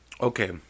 Okay